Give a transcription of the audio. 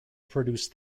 produce